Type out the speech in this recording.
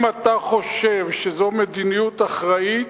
אם אתה חושב שזו מדיניות אחראית,